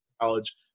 college